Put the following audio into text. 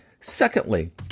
Secondly